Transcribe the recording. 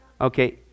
Okay